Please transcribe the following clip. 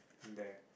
and there